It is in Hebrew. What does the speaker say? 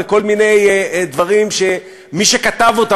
ולהגיד: הנה מדינה שחולקת אתנו את הערכים שלנו,